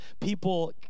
people—